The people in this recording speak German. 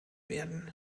werden